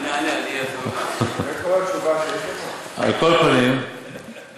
אני מחזיק בידי שאלון שנשלח בדיוק, כהאי לישנא,